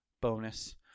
bonus